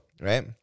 right